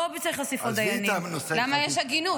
לא צריך להוסיף עוד דיינים.